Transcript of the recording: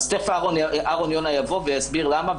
תיכף אהרון יונה יבוא ויסביר למה.